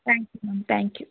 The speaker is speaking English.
thank you ma'am thank you